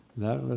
that